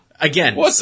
Again